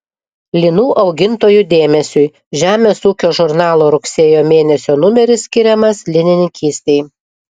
linų augintojų dėmesiui žemės ūkio žurnalo rugsėjo mėnesio numeris skiriamas linininkystei